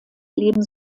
leben